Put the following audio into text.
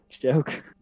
joke